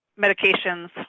Medications